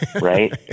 right